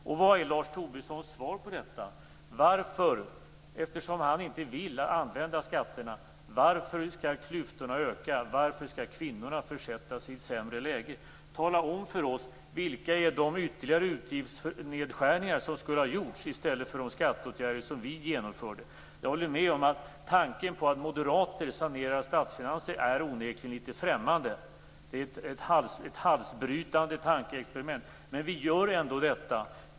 Och vad är Lars Tobissons svar på frågan, eftersom han inte vill använda skatterna: Varför skall klyftorna öka och varför skall kvinnorna försättas i ett sämre läge? Tala om för oss vilka de ytterligare utgiftsnedskärningar är som skulle ha gjorts i stället för de skatteåtgärder som vi genomförde! Jag håller med om att tanken på att moderater sanerar statsfinanser onekligen är litet främmande och ett halsbrytande tankeexperiment. Men vi genomför ändå detta.